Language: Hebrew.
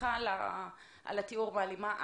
סליחה על התיאור, מעלימה עין.